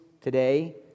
today